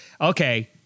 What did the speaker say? Okay